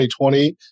2020